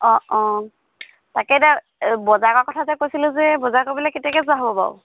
অঁ অঁ তাকে দে বজাৰ কৰা কথা যে কৈছিলোঁ যে বজাৰ কৰিবলৈ কেতিয়াকৈ যোৱা হ'ব বাৰু